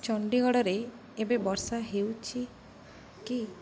ଚଣ୍ଡିଗଡ଼ରେ ଏବେ ବର୍ଷା ହେଉଛି କି